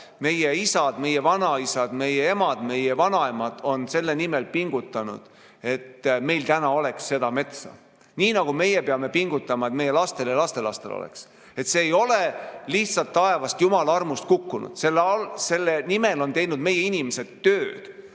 Meie isad, meie vanaisad, meie emad ja meie vanaemad on selle nimel pingutanud, et meil täna oleks seda metsa, nii nagu meie peame pingutama, et meie lastel ja lastelastel oleks. See ei ole lihtsalt taevast, jumala armust kukkunud. Selle nimel on teinud meie inimesed tööd.